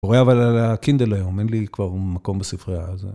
רואה אבל על הקינדל היום, אין לי כבר מקום בספרייה.